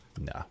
No